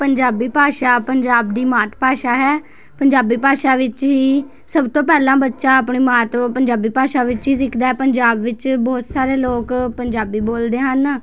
ਪੰਜਾਬੀ ਭਾਸ਼ਾ ਪੰਜਾਬ ਦੀ ਮਾਤ ਭਾਸ਼ਾ ਹੈ ਪੰਜਾਬੀ ਭਾਸ਼ਾ ਵਿੱਚ ਹੀ ਸਭ ਤੋਂ ਪਹਿਲਾਂ ਬੱਚਾ ਆਪਣੀ ਮਾਂ ਤੋਂ ਪੰਜਾਬੀ ਭਾਸ਼ਾ ਵਿੱਚ ਹੀ ਸਿੱਖਦਾ ਹੈ ਪੰਜਾਬ ਵਿੱਚ ਬਹੁਤ ਸਾਰੇ ਲੋਕ ਪੰਜਾਬੀ ਬੋਲਦੇ ਹਨ